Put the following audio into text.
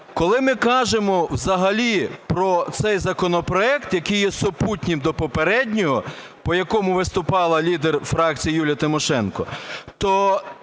коли ми кажемо взагалі про цей законопроект, який є супутнім до попереднього, по якому виступала лідер фракції Юлія Тимошенко,